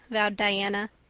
vowed diana.